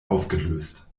aufgelöst